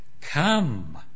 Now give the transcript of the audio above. Come